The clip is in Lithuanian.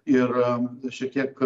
ir šiek tiek